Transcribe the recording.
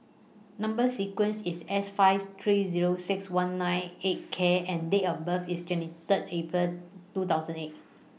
Number sequence IS S five three Zero six one nine eight K and Date of birth IS twenty Third April two thousand and eight